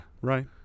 right